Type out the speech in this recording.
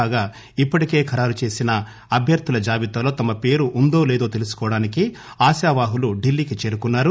కాగా ఇప్పటికే ఖరారు చేసిన అభ్యర్థుల జాబితాలో తమ పేరు ఉందో లేదో తెలుసుకోవడానికి ఆశావాహులు ఢిల్లీకి చేరుకున్నారు